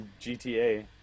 GTA